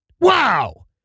Wow